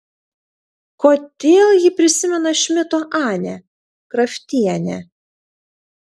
kodėl ji prisimena šmito anę kraftienę